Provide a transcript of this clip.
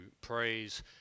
praise